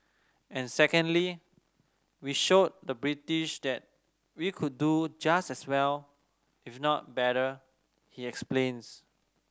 and secondly we showed the British that we could do just as well if not better he explains